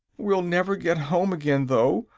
we'll never get home again, though!